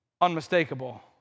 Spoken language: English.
unmistakable